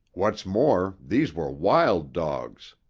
what's more, these were wild dogs.